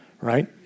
right